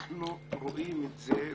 אנחנו רואים את זה,